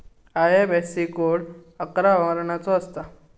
IFSC code अकरा वर्णाचो असता